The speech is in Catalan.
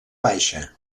baixa